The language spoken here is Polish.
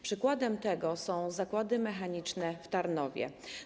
Przykładem tego są Zakłady Mechaniczne w Tarnowie.